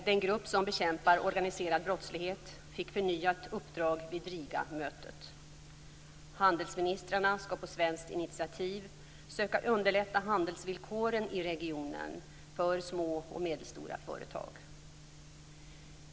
Den grupp som bekämpar organiserad brottslighet fick förnyat uppdrag vid Rigamötet. Handelsministrarna skall på svenskt initiativ söka underlätta handelsvillkoren i regionen för små och medelstora företag.